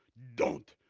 don't.